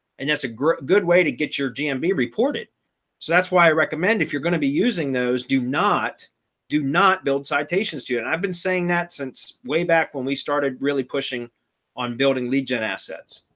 and that's a good way to get your gmb reported. so that's why i recommend if you're going to be using those do not do not build citations to you. and i've been saying that since way back when we started really pushing on building legion assets.